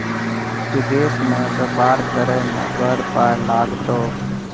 विदेश मे बेपार करय मे बड़ पाय लागतौ